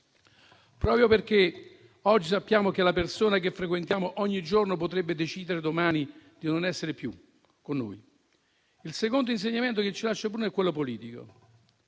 proprio perché oggi sappiamo che la persona che frequentiamo ogni giorno potrebbe decidere domani di non essere più con noi. Il secondo insegnamento che ci lascia Bruno è quello politico.